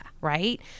right